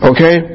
Okay